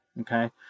okay